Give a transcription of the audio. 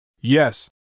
Yes